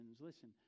listen